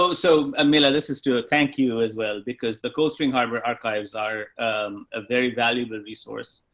so, so amelia, this is still a thank you as well because the cold spring harbor archives are a very valuable resource.